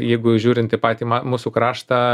jeigu žiūrint į patį mūsų kraštą